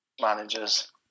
managers